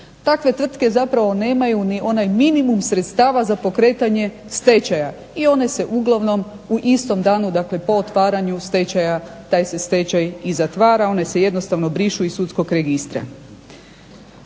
Takve tvrtke zapravo nemaju ni onaj minimum sredstava za pokretanje stečaja i one se uglavnom u istom danu, dakle po otvaranju stečaja taj se stečaj i zatvara. One se jednostavno brišu iz sudskog registra.